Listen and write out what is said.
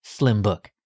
Slimbook